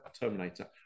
terminator